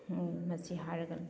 ꯃꯁꯤ ꯍꯥꯏꯔꯒ